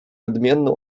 odmienną